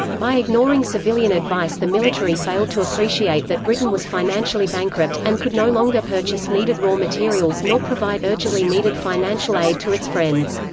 by ignoring civilian advice the military failed to appreciate that britain was financially bankrupt, and could no longer purchase needed raw materials nor provide urgently needed financial aid to its friends.